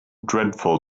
dreadful